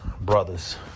brothers